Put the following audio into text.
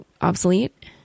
obsolete